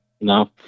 no